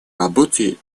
работе